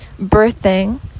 birthing